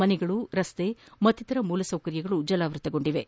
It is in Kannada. ಮನೆಗಳು ರಸ್ತೆ ಮತ್ತಿತರ ಮೂಲಸೌಕರ್ಯಗಳು ಜಲಾವೃತಗೊಂಡಿವೆ